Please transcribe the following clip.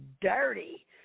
dirty